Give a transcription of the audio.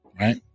right